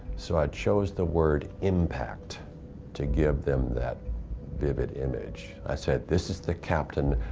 so i chose the word impact to give them that vivid image. i said this is the captain.